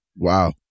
Wow